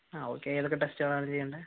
ആഹ് okay ഏതൊക്കെ ടെസ്റ്റുകളാണ് ചെയ്യേണ്ടത്